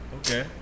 Okay